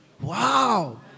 Wow